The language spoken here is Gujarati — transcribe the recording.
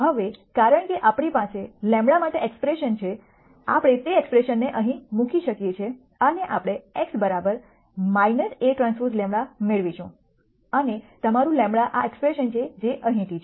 હવે કારણ કે આપણી પાસે λ માટે ઍક્સ્પ્રેશન છે આપણે તે ઍક્સ્પ્રેશનને અહીં મૂકી શકીએ છીએ અને આપણે x Aᵀ λ મેળવીશું અને તમારું λ આ ઍક્સ્પ્રેશન છે જે અહીંથી છે